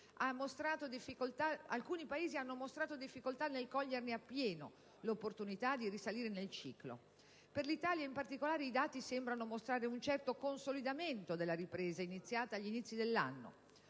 alcuni Paesi hanno mostrato difficoltà nel cogliere appieno l'opportunità di risalire nel ciclo. Per l'Italia, in particolare, i dati sembrano mostrare un certo consolidamento della ripresa iniziata agli inizi dell'anno.